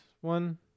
one